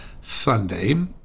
Sunday